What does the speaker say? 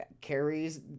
carries